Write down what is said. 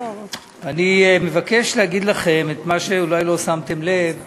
אני מבקש להגיד לכם את מה שאולי לא שמתם לב אליו.